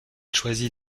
choisit